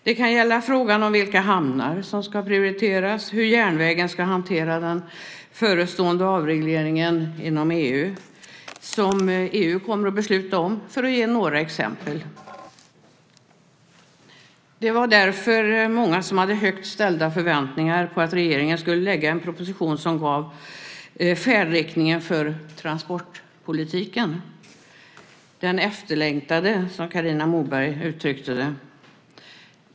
Det kan gälla till exempel frågan om vilka hamnar som ska prioriteras eller frågan om hur järnvägen ska hantera den förestående avregleringen inom EU som EU kommer att besluta om. Det var därför många som hade högt ställda förväntningar på att regeringen skulle lägga fram en proposition som angav färdriktningen för transportpolitiken, den efterlängtade, som Carina Moberg uttryckte det.